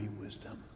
wisdom